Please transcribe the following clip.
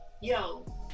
yo